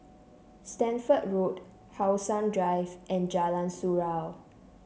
Stamford Road How Sun Drive and Jalan Surau